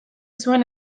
zuen